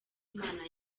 imana